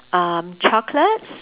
um chocolates